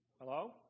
Hello